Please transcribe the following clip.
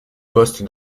poste